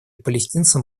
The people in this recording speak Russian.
палестинцам